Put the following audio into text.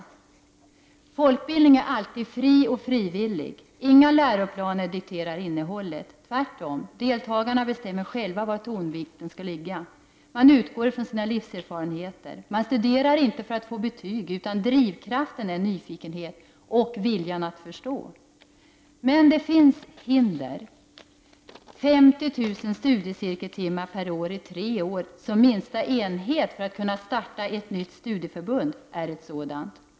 Folkbildning är alltid fri och frivillig. Inga läroplaner dikterar innehållet, tvärtom. Deltagarna bestämmer själva var tonvikten skall ligga. Man utgår - från sina livserfarenheter. Man studerar inte för att få betyg, utan drivkraften är nyfikenhet och viljan att förstå. Men det finns hinder. 50 000 studiecirkeltimmar per år i tre år som minsta enhet för att kunna starta ett nytt studieförbund är ett sådant.